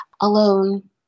alone